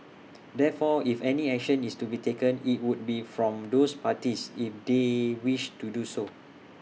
therefore if any action is to be taken IT would be from those parties if they wish to do so